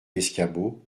l’escabeau